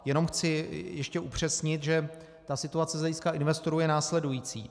Jenom chci ještě upřesnit, že situace z hlediska investorů je následující.